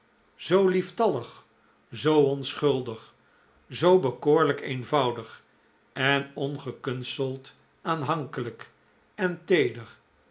zoo lieftallig zoo onschuldig zoo bekoorlijk cenvoudig en ongekunsteld aanhankelijk en teeder